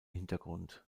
hintergrund